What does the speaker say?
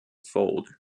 fold